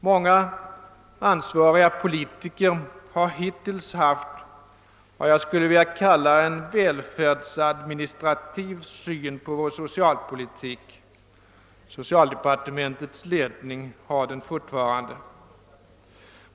Många ansvariga politiker har hittills haft vad jag skulle vilja kalla en välfärdsadministrativ syn på vår socialpolitik. Socialdepartementets ledning har det fortfarande.